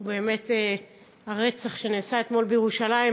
הוא באמת הרצח שנעשה אתמול בירושלים,